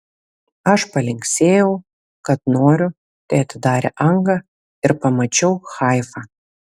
aš palinksėjau kad noriu tai atidarė angą ir pamačiau haifą